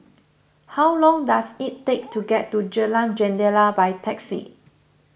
how long does it take to get to Jalan Jendela by taxi